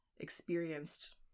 experienced